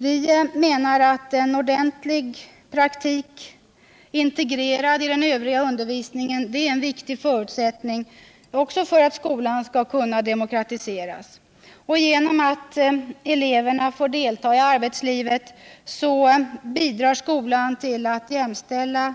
Vi anser att en ordentlig praktik, integrerad i den övriga undervisningen, är en viktig förutsättning för att skolan skall kunna demokratiseras. Genom att eleverna får delta i arbetslivet bidrar skolan till att jämställa